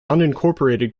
unincorporated